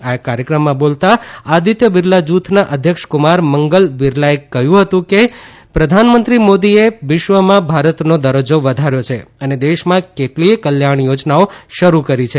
આ કાર્યક્રમમાં બોલતાં આદિત્ય બિરલા જૂથના અધ્યક્ષ કુમાર મંગલમ બિરલાએ કહ્યું હતું કે પ્રધાનમંત્રી મોદીએ વિશ્વમાં ભારતનો દરજ્જો વધાર્યો છે અને દેશમાં કેટલીયે કલ્યાણ યોજનાઓ શરુ કરી છે